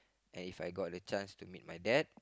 and If I got a chance to meet my dad